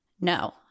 No